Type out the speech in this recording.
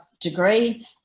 degree